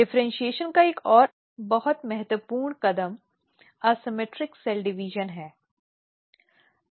differentiation का एक और बहुत महत्वपूर्ण कदम असममित कोशिका विभाजन है